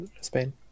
Spain